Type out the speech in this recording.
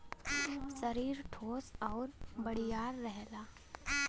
सरीर ठोस आउर बड़ियार रहेला